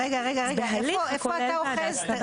רגע, רגע, איפה אתה אוחז?